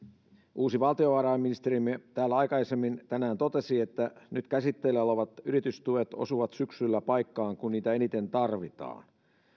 uusi valtiovarainministerimme aikaisemmin tänään totesi että nyt käsitteillä olevat yritystuet osuvat syksyllä paikkaan kun niitä eniten tarvitaan